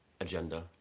agenda